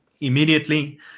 immediately